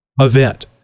event